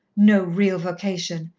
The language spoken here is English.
no real vocation,